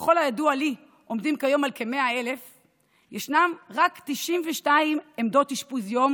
שככל הידוע לי עומדים כיום על כ-100,000 יש רק 92 עמדות אשפוז יום